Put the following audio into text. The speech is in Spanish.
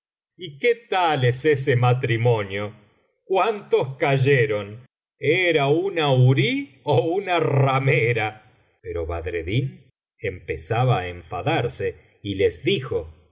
y qué tal es ese matrimonio cuántos cayeron era una huri ó una ramera pero badreddin empezaba á enfadarse y les dijo